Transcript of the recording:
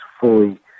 fully